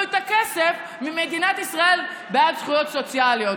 את הכסף ממדינת ישראל בעד זכויות סוציאליות.